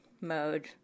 mode